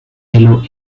yellow